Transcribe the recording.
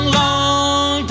long